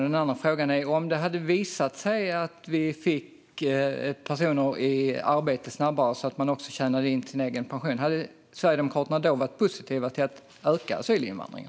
Den andra frågan är: Om det hade visat sig att vi fick dessa personer i arbete snabbare så att de också tjänade in sin egen pension, hade Sverigedemokraterna då varit positiva till att öka asylinvandringen?